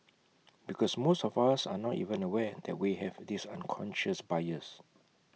because most of us are not even aware that we have this unconscious bias